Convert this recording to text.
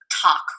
talk